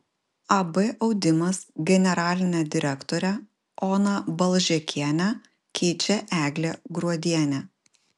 ab audimas generalinę direktorę oną balžekienę keičia eglė gruodienė